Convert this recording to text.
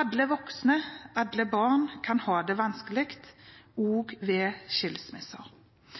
Alle voksne og alle barn kan ha det vanskelig ved